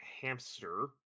Hamster